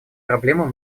проблемам